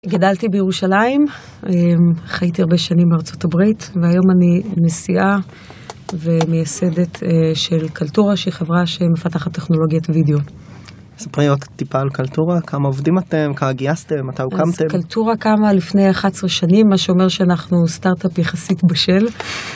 גדלתי בירושלים, חייתי הרבה שנים בארצות הברית, והיום אני נשיאה ומייסדת של קלטורה, שהיא חברה שמפתחה טכנולוגיית וידאו. ספרי עוד טיפה על קלטורה, כמה עובדים אתם, כמה גייסתם, מתי הוקמתם? אז קלטורה קמה לפני 11 שנים, מה שאומר שאנחנו סטארט-אפ יחסית בשל.